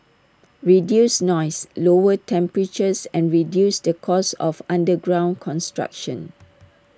reduce noise lower temperatures and reduce the cost of underground construction